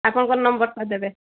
ଆପଣଙ୍କର ନମ୍ବର୍ଟା ଦେବେ